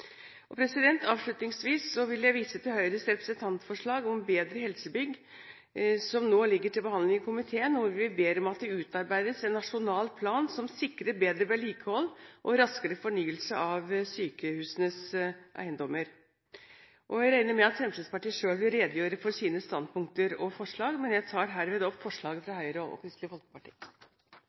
Avslutningsvis vil jeg vise til Høyres representantforslag om bedre helsebygg, som nå ligger til behandling i komiteen, hvor vi ber om at det utarbeides en nasjonal plan som sikrer bedre vedlikehold og raskere fornyelse av sykehusenes eiendommer. Jeg regner med at Fremskrittspartiet selv vil redegjøre for sine standpunkter og forslag, men jeg tar herved opp forslaget fra Høyre og Kristelig Folkeparti.